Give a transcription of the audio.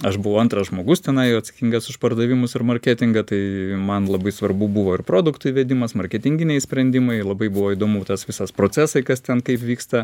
aš buvau antras žmogus tenai atsakingas už pardavimus ir marketingą tai man labai svarbu buvo ir produktų įvedimas marketinginiai sprendimai labai buvo įdomu tas visas procesai kas ten kaip vyksta